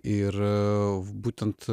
ir būtent